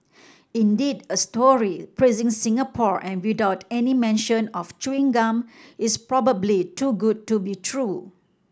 indeed a story praising Singapore and without any mention of chewing gum is probably too good to be true